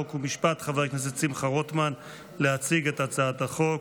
חוק ומשפט חבר הכנסת שמחה רוטמן להציג את הצעת החוק,